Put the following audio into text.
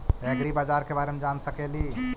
ऐग्रिबाजार के बारे मे जान सकेली?